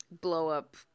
blow-up